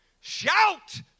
Shout